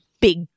big